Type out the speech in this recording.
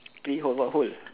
three hole what hole